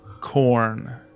Corn